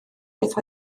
beth